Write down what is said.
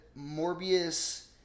Morbius